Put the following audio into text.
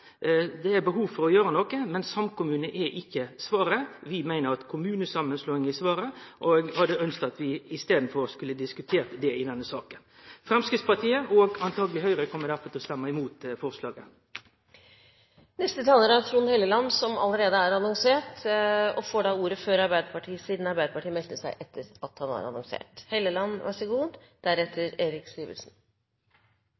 Det er behov for å gjere noko, men samkommunar er ikkje svaret. Vi meiner at kommunesamanslåing er svaret, og hadde ønskt at vi i staden skulle diskutert det i denne saka. Framstegspartiet, og antakeleg Høgre, kjem derfor til å stemme imot forslaget. Ja, forrige taler hadde rett. Høyre vil gå imot å lovfeste samkommunen. Høyre mener dette er en unødvendig konstruksjon – en lovfesting som gjøres for å